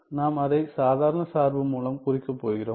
நாம் அதை சாதாரண சார்பு மூலம் குறிக்கப் போகிறோம்